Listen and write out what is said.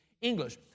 English